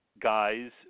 guys